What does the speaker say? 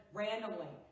randomly